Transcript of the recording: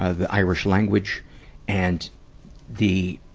ah the irish language and the